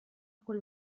quel